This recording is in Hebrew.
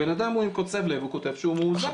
הבן אדם הוא עם קוצב לב, הוא כותב שהוא מאוזן.